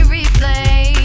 Replay